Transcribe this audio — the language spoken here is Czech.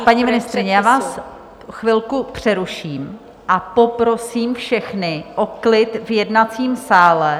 Paní ministryně, já vás chvilku přeruším a poprosím všechny o klid v jednacím sále.